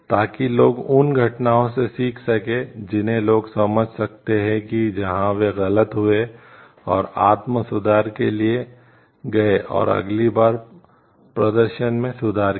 ताकि लोग उन घटनाओं से सीख सकें जिन्हें लोग समझ सकते हैं कि जहां वे गलत हुए और आत्म सुधार के लिए गए और अगली बार प्रदर्शन में सुधार किया